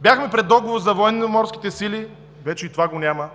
Бяхме пред договор за Военноморските сили, вече и това го няма.